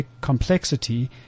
complexity